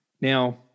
Now